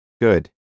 good